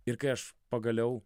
ir kai aš pagaliau